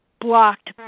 blocked